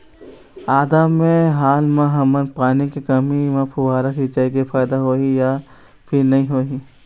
आदा मे हाल मा हमन पानी के कमी म फुब्बारा सिचाई मे फायदा होही या फिर नई होही?